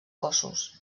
cossos